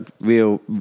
real